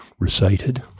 recited